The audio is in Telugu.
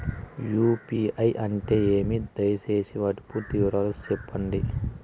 యు.పి.ఐ అంటే ఏమి? దయసేసి వాటి పూర్తి వివరాలు సెప్పండి?